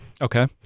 Okay